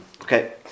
Okay